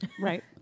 right